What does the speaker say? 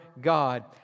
God